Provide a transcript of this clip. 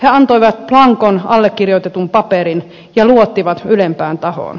he antoivat blankon allekirjoitetun paperin ja luottivat ylempään tahoon